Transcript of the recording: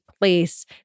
place